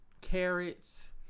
carrots